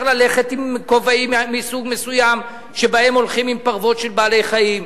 ללכת עם כובעים מסוג מסוים עם פרוות של בעלי-חיים,